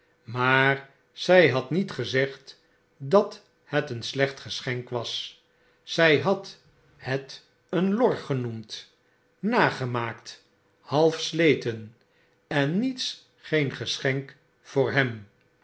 maar zy had niet gezegd dat het een slecht geschenk was zy ad het een lor genoemd nagemaakt halfsleten en niets geen geschenk voor hem